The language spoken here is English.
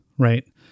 Right